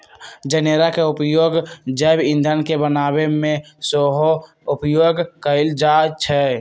जनेरा के उपयोग जैव ईंधन के बनाबे में सेहो उपयोग कएल जाइ छइ